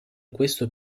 questo